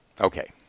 okay